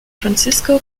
francisco